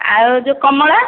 ଆଉ ଯେଉଁ କମଳା